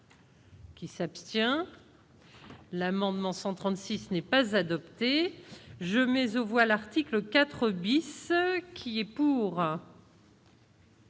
Qui s'abstient l'amendement 136 n'est pas adopté, je mais au voile article 4 bis qui est pour.